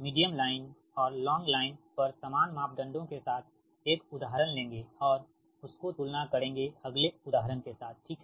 medium line और long line पर समान मापदंडों के साथ एक उदाहरण लेंगे और उसको तुलना करेंगे अगला उदाहरण के साथ ठीक है